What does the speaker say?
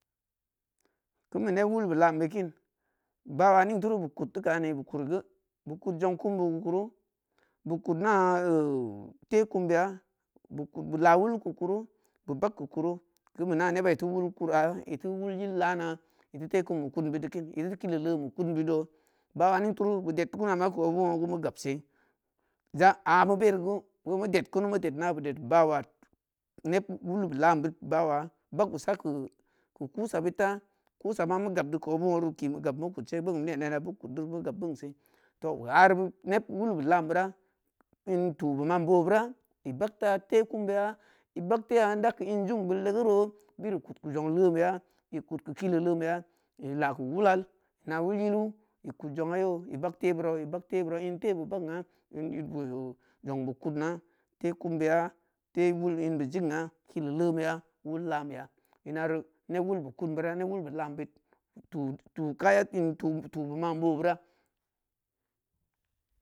Keun beu neb wul be bud lan bud kini bawa ning turu beu kud teu kani beu kuri geu beu kud jong kumbe keu kuru beu kud na the kumbeya beu kud beu lah wul keu kuru beu bag keu kuru kin beu nanebai iteu wul yel kura iteu wul yil lana iteu the kumbe kudbeu de kin iti-iti kili leenbe kudn beu doo bawa ning turu beu ded kumi am ma keu obe wong geu meu gabse za a meu beri geu omeu ded kunu meu ded ma beu ded bawa neb wolbe lan bawa bag beu sa keu kusa beud ta kusa ma meu gabdo keu obeu wong’uu ki meu gab meu kudce ken beu gab beunse tooh ari neb wulbe lan beura in tu be man boo bura i bag ta the kumbeya i bag tehya ida keu in jombeud legeuro beri kud keu zong leenbeya i kud keu kili leenbeya i la’h keu wulal ina wul yilu i kud jong’a yo ibag the burau-i bag the burau in the be zong be kudna the kumbeya the wul in be jing’a kili leen beya wul lanbeya inaru neb wulbe kumbeura neb wul be lanbeud tu-tu kaya in tu-tu ma boo beura